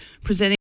presenting